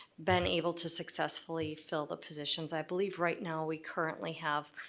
been able to successfully fill the positions. i believe right now we currently have,